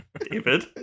david